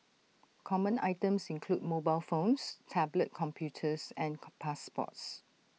common items include mobile phones tablet computers and car passports